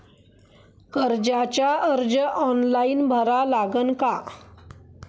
कर्जाचा अर्ज ऑनलाईन भरा लागन का?